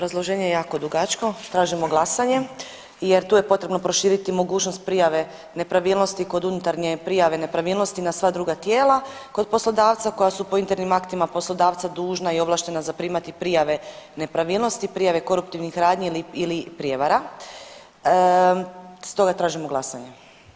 Obrazloženje je jako dugačko, tražimo glasanje jer tu je potrebno proširiti mogućnost prijave nepravilnosti kod unutarnje prijave nepravilnosti na sva druga tijela kod poslodavca koja su po internim aktima poslodavca dužna i ovlaštena zaprimati prijave nepravilnosti koruptivnih radnji ili prijevara stoga tražimo glasanje.